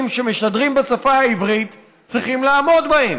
שמשדרים בשפה העברית צריכים לעמוד בהם?